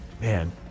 Man